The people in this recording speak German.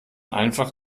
einfach